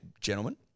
gentlemen